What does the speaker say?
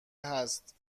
هست